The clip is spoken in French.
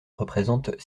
représentent